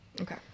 Okay